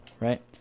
right